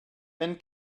wenn